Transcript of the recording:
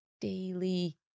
daily